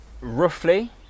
roughly